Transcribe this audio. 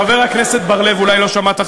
חבר הכנסת בר-לב, אולי לא שמעת חדשות.